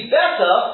better